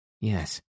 Yes